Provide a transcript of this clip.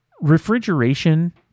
refrigeration